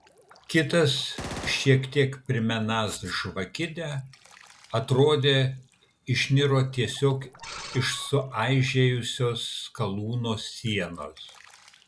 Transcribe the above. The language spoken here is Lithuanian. kitas šiek tiek primenąs žvakidę atrodė išniro tiesiog iš sueižėjusios skalūno sienos